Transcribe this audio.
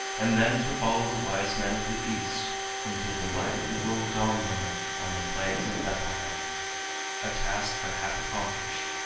and then to follow the wise men of the east until the light of the world dawned on them on the plains of bethlehem a task but half accomplished,